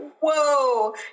Whoa